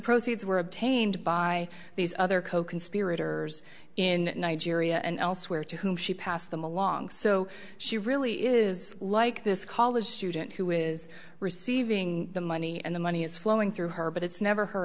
proceeds were obtained by these other coconspirators in nigeria and elsewhere to whom she passed them along so she really is like this college student who is receiving the money and the money is flowing through her but it's never her